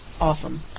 awesome